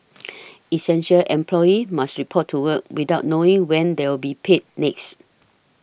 essential employees must report to work without knowing when they'll be paid next